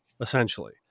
essentially